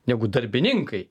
negu darbininkai